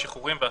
כן.